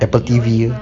apple T_V uh